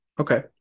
okay